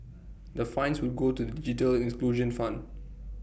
the fines will go to the digital fund